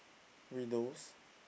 Widows